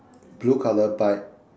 blue colour bike